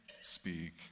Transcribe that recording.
speak